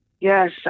Yes